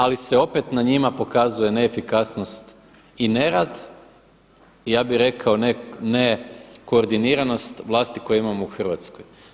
Ali se opet na njima pokazuje neefikasnost i nerad i ja bih rekao nekoordiniranost vlasti koje imamo u Hrvatskoj.